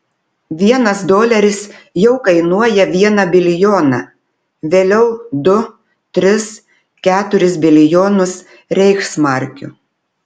vienas doleris jau kainuoja vieną bilijoną vėliau du tris keturis bilijonus reichsmarkių